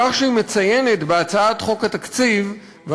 בכך שהיא מציינת בהצעת חוק התקציב,